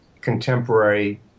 contemporary